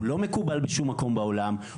הוא לא מקובל בשום מקום בעולם.